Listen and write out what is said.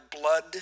blood